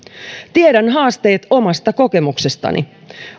tiedän haasteet omasta kokemuksestani